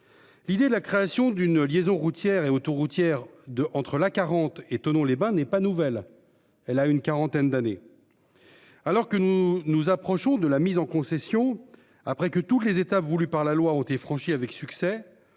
L'idée de la création d'une liaison routière et autoroutière de entre l'A40 et Thonon-les-Bains n'est pas nouvelle, elle a une quarantaine d'années. Alors que nous nous approchons de la mise en concession, après que tous les États voulue par la loi ont été franchi avec succès